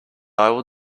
will